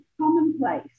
commonplace